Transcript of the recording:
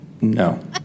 No